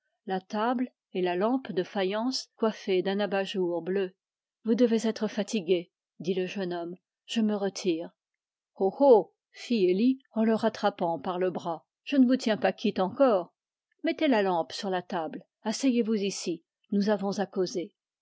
la table et la lampe de faïence coiffée d'un abat-jour bleu vous devez être las dit le jeune homme je me retire oh oh fit élie en le rattrapant par le bras je ne vous tiens pas quitte encore mettez la lampe sur la table asseyez-vous ici tout à